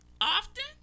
often